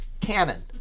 canon